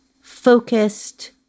focused